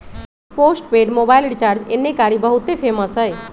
postpaid mobile recharge एन्ने कारि बहुते फेमस हई